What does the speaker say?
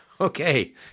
Okay